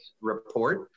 report